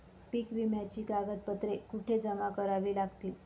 पीक विम्याची कागदपत्रे कुठे जमा करावी लागतील?